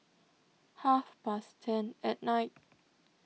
half past ten at night